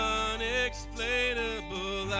unexplainable